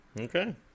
Okay